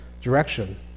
direction